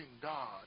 God